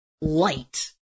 light